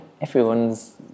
everyone's